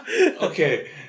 Okay